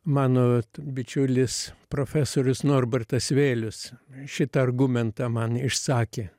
mano bičiulis profesorius norbertas vėlius šitą argumentą man išsakė